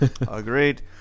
Agreed